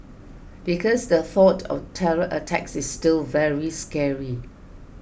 because the thought of terror attacks is still very scary